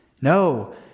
No